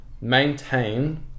maintain